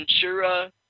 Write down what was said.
Ventura